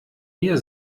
mir